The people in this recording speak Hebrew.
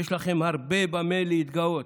יש לכם הרבה במה להתגאות.